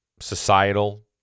Societal